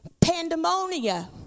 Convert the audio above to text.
Pandemonia